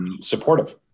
supportive